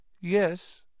Yes